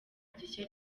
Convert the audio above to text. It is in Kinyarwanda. gishya